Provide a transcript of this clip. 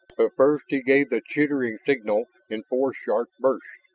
but first he gave the chittering signal in four sharp bursts.